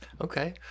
Okay